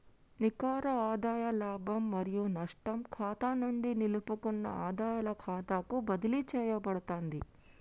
నికర ఆదాయ లాభం మరియు నష్టం ఖాతా నుండి నిలుపుకున్న ఆదాయాల ఖాతాకు బదిలీ చేయబడతాంది